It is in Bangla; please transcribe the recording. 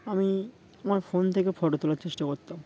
আমি আমার ফোন থেকে ফটো তোলার চেষ্টা করতাম